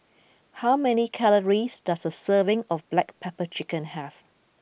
how many calories does a serving of Black Pepper Chicken have